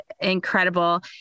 incredible